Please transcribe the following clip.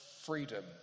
freedom